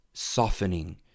softening